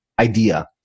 idea